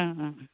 ओं ओं